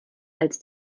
als